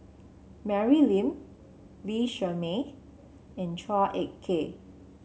Mary Lim Lee Shermay and Chua Ek Kay